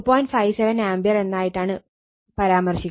57 ampere എന്നായിട്ടാണ് പരാമർശിക്കുക